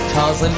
Cause